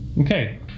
Okay